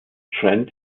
trent